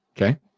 okay